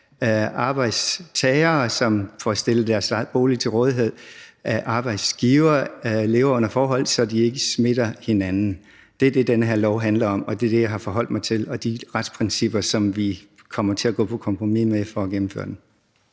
arbejdstagere, som får stillet deres bolig til rådighed af arbejdsgivere, lever under forhold, så de ikke smitter hinanden. Det er det, den her lov handler om, og det er det og de retsprincipper, som vi kommer til at gå på kompromis med for at gennemføre den,